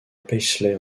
paisley